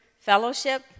fellowship